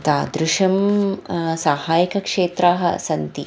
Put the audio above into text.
तादृशानि साहाय्यकक्षेत्राणि सन्ति